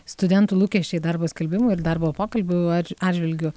studentų lūkesčiai darbo skelbimų ir darbo pokalbių ar atžvilgiu